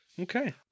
Okay